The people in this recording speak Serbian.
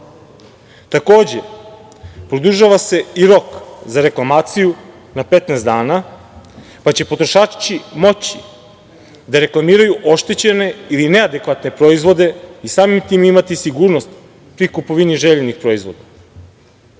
produžava se i rok za reklamaciju na petnaest dana, pa će potrošači moći da reklamiraju oštećene ili neadekvatne proizvode i samim tim imati sigurnost pri kupovini željenih proizvoda.U